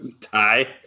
Tie